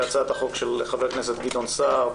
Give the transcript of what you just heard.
הצעת חוק של חבר הכנסת גדעון סער,